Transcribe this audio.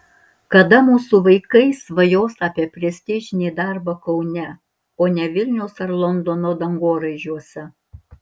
kada mūsų vaikai svajos apie prestižinį darbą kaune o ne vilniaus ar londono dangoraižiuose